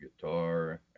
guitar